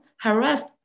harassed